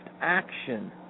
action